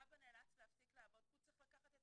האבא נאלץ להפסיק לעבוד כי הוא צריך לקחת את